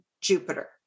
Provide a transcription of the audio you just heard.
Jupiter